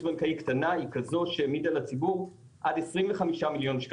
בנקאית קטנה היא כזאת שהעמידה לציבור עד 25 מיליון ₪